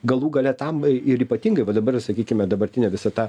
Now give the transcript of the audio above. galų gale tam ir ypatingai va dabar sakykime dabartinė visa ta